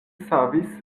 savis